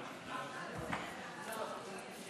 שיזמתי יחד עם חברי עיסאווי פריג' ממרצ,